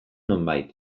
nonbait